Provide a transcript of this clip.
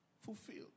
fulfilled